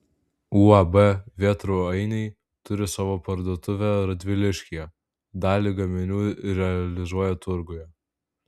uab vėtrų ainiai turi savo parduotuvę radviliškyje dalį gaminių realizuoja turguje